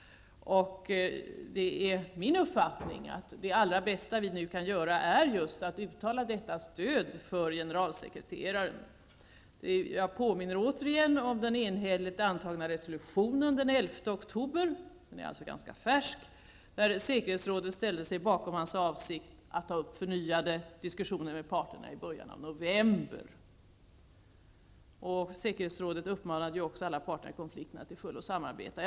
Det är min uppfattning att det allra bästa vi nu kan göra är att uttala detta stöd för generalsekreteraren. Jag påminner återigen om den enhälligt antagna resolutionen den 11 oktober -- den är alltså ganska färsk -- där säkerhetsrådet ställde sig bakom hans avsikt att ta upp förnyade diskussioner med parterna i början av november. Säkerhetsrådet uppmanade också alla parterna i konflikten att till fullo samarbeta.